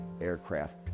aircraft